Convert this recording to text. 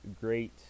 great